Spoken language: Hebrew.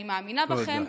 אני מאמינה בכם.